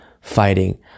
fighting